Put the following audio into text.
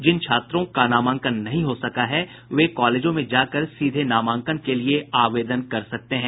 जिन छात्रों का नामांकन नहीं हो सका है वे कॉलेजों में जाकर सीधे नामांकन के लिये आवेदन कर सकते हैं